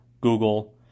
Google